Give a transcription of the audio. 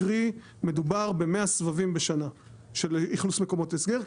קרי מדובר ב 100 סבבים בשנה של אכלוס מקומות הסגר,